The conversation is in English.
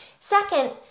Second